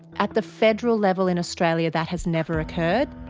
at the federal level in australia, that has never occurred.